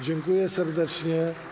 Dziękuję serdecznie.